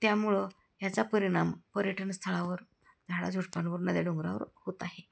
त्यामुळं ह्याचा परिणाम पर्यटनस्थळावर झाड झुडपांवर नद्या डोंगरावर होत आहे